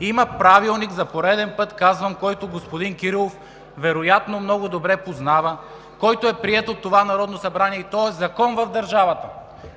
Има Правилник, за пореден път казвам, който господин Кирилов вероятно много добре познава, който е приет от това Народно събрание и той е закон в държавата.